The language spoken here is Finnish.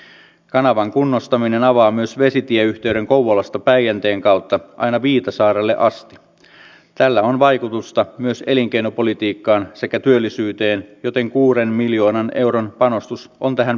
jos näitä sitten pidetään kaiken maailman dosentteina eikä näitä asiantuntijalausuntoja huomioida jos hallitus ottaa sellaisen linjan että heidän näkemyksensä on oikea ja perustelee sillä että tämä laki on hyvin valmisteltu niin sitten tämä keskustelu on juupaseipäs keskustelua